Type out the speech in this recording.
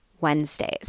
Wednesdays